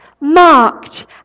marked